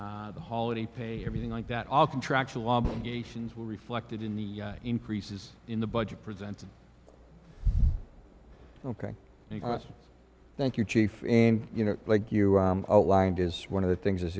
the holiday pay everything like that all contractual obligations were reflected in the increases in the budget presented ok thank you chief and you know like you outlined is one of the things i